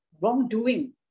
wrongdoing